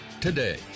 today